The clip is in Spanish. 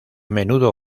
menudo